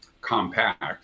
compact